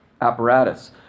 apparatus